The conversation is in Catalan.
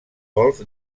golf